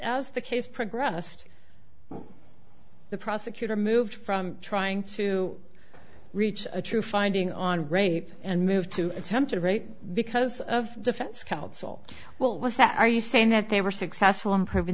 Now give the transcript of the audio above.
as the case progressed the prosecutor moved from trying to reach a true finding on rape and move to attempted rape because of defense counsel well was that are you saying that they were successful improving